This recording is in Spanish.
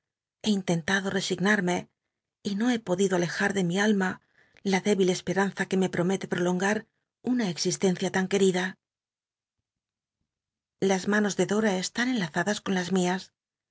he intentado resignarme y no he podido alejar de mi alma la débil esperanza que me promete prolongat una existencia tan querida las manos de dora están enlazadas con las mias